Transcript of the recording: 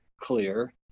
clear